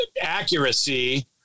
accuracy